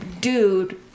dude